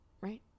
right